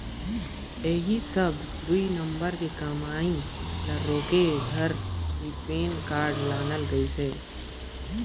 ऐही सब दुई नंबर के कमई ल रोके घर ही पेन कारड लानल गइसे